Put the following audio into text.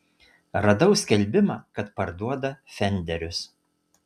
radau skelbimą kad parduoda fenderius